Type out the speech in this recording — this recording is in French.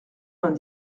vingt